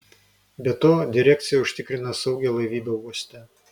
be to direkcija užtikrina saugią laivybą uoste